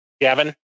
Gavin